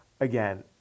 again